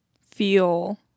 feel